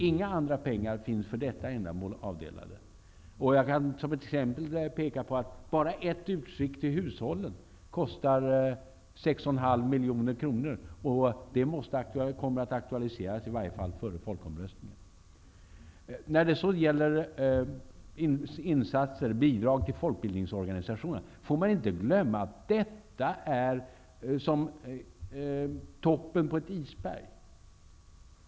Inga andra pengar finns avdelade för detta ändamål. Jag kan som exempel peka på att bara ett utskick till hushållen kostar 6,5 miljoner kronor Det kommer i varje fall att aktualiseras före folkomröstningen. Beträffande bidrag till folkbildningsorganisationer får man inte glömma att detta är som toppen på ett isberg.